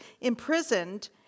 imprisoned